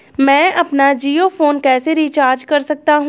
मैं अपना जियो फोन कैसे रिचार्ज कर सकता हूँ?